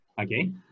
okay